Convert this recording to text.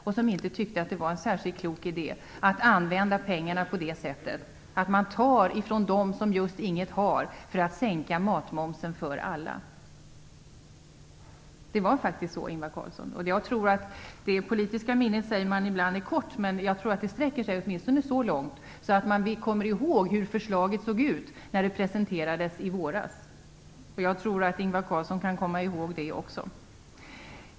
De tycker inte att det är någon särskilt klok idé att använda pengarna så att man tar från dem som just ingenting har för att sänka matmomsen för alla. Det är faktiskt så, Ingvar Carlsson. Man säger ibland att det politiska minnet är kort, men jag tror att det sträcker sig åtminstone så långt att man kommer ihåg hur förslaget såg ut när det presenterades i våras. Jag tror att Ingvar Carlsson kan komma ihåg det också.